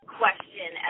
question